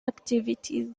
activities